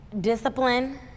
Discipline